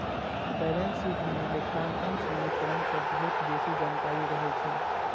balance sheet मे लेखांकन समीकरण सं बहुत बेसी जानकारी रहै छै